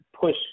push